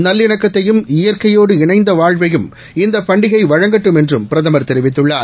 நல்லிணக்கத்தையும் இயற்கையோடு இணைந்த வாழ்வையும் இந்தப் பண்டிகை வழங்கட்டும் என்றும் பிரதமர் தெரிவித்துள்ளார்